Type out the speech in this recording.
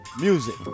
music